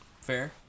fair